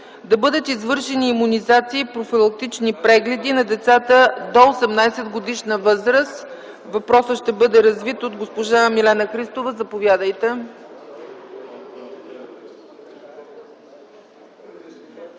да бъдат извършени имунизации и профилактични прегледи на децата до 18-годишна възраст. Въпросът ще бъде развит от госпожа Милена Христова. Заповядайте.